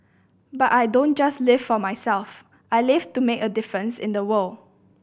but I don't just live for myself I live to make a difference in the world